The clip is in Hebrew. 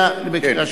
להצביע בקריאה שלישית?